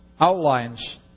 outlines